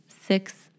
six